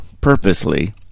purposely